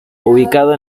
ubicado